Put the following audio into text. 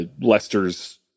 Lester's